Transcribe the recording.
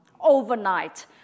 overnight